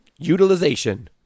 utilization